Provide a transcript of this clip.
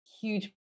huge